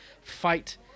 fight